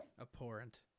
Abhorrent